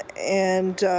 and